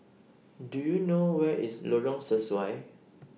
Do YOU know Where IS Lorong Sesuai